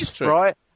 right